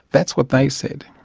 that's what they said.